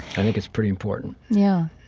i think it's pretty important yeah.